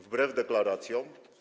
Wbrew deklaracjom.